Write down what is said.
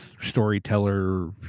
storyteller